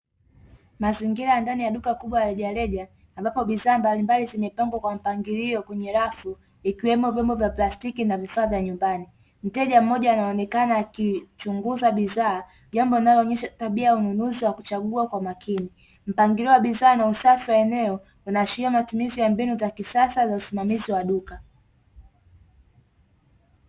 Mazingira ya ndani ya duka kubwa la rejereja ambapo bidhaa mbalimbali zimepangwa kwa mpangilio kwenye rafu ikiwemo vyombo vya plastiki na vifaa vya nyumbani, mteja mmoja anaonekana akichunguza bidhaa jambo linaloonyesha tabia ya ununuzi wa kuchagua kwa makini, mpangilio wa bidhaa na usafi wa eneo unaashiria matumizi ya mbinu za kisasa za usimamizi wa duka.